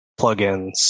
plugins